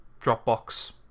Dropbox